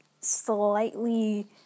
slightly